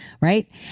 right